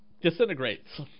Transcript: disintegrates